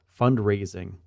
fundraising